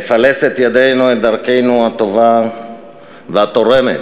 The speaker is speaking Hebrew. לפלס את דרכנו הטובה והתורמת.